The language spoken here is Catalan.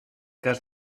cas